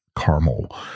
caramel